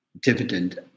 dividend